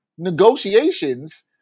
negotiations